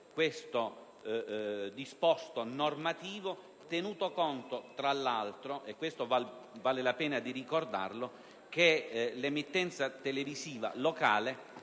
questo disposto normativo, tenuto conto, tra l'altro ‑ questo vale la pena ricordarlo ‑ che l'emittenza televisiva locale